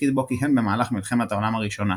תפקיד בו כיהן במהלך מלחמת העולם הראשונה.